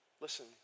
listen